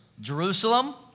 Jerusalem